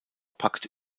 pakt